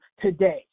today